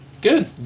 Good